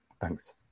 thanks